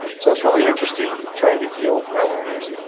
so it's really interesting trying to deal with well owners,